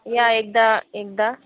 या एकदा एकदा